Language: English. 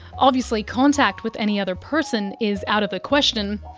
obviously, contact with any other person is out of the question.